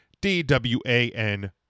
D-W-A-N